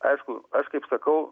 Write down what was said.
aišku aš kaip sakau